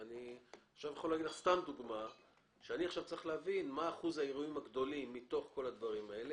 עכשיו אני צריך להבין מה שיעור האירועים הגדולים מתוך כל הדברים האלה,